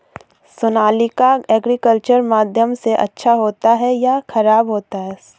Sonalika agriculture माध्यम से अच्छा होता है या ख़राब होता है?